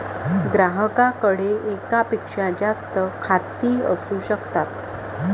ग्राहकाकडे एकापेक्षा जास्त खाती असू शकतात